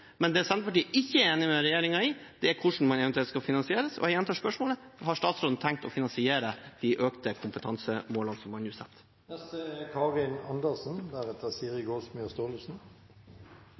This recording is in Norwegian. men det Senterpartiet ikke er enig med regjeringen i, er hvordan det eventuelt skal finansieres. Jeg gjentar spørsmålet: Har statsråden tenkt å finansiere de økte kompetansemålene? Jeg merker meg at statsråden begrunner manglende satsing med at det var flyktningkrise. Ja, nettopp derfor skulle man vel satset mer